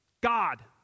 God